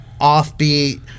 offbeat